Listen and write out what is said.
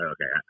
Okay